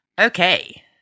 Okay